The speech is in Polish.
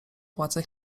władze